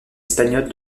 espagnole